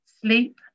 sleep